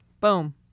Boom